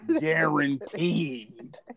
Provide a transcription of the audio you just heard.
guaranteed